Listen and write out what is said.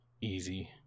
Easy